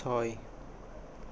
ছয়